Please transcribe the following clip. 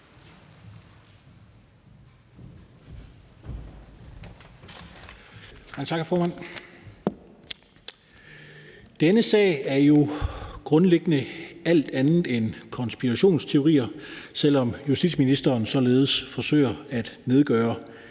Denne sag er jo grundlæggende alt andet end konspirationsteorier, selv om justitsministeren således forsøger at nedgøre